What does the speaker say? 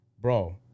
bro